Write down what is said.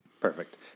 Perfect